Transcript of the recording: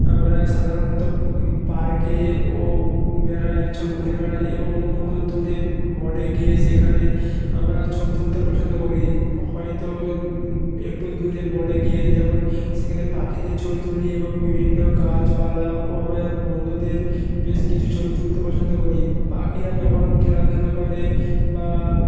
আমরা সাধারণত পার্কে ও বেলায় ঝ ঘুরে বেড়াই এবং কোনো দূরে বনে গিয়ে সেখানে আমরা ছবি তুলতে পছন্দ করি হয়তো একটু দূরে বনে গিয়ে যেমন সেখানে পাখিদের ছবি তুলি এবং বিভিন্ন গাচপালা ও আমাদের বন্ধুদের বেশ কিছু ছবি তুলতে পছন্দ করি পাখিরা যখন খেলাধুলো করে বা